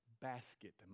basket